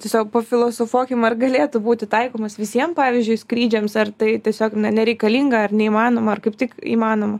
tiesiog pafilosofuokim ar galėtų būti taikomas visiem pavyzdžiui skrydžiams ar tai tiesiog nereikalinga ar neįmanoma ar kaip tik įmanoma